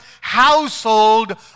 household